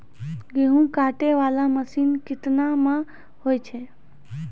गेहूँ काटै वाला मसीन केतना मे होय छै?